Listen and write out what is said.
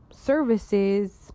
services